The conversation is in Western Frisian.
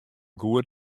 goed